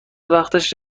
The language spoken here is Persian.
وقتش